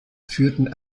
führten